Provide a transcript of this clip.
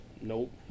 nope